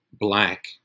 Black